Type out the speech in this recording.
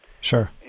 Sure